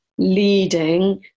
Leading